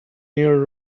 near